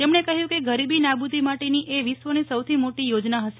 તેમણે કહ્યું કે ગરીબી નાબૂદી માટેની એ વિશ્વની સૌથી મોટી યોજના હશે